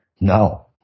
no